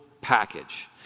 package